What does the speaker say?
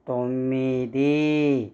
తొమ్మిది